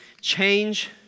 change